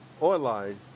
online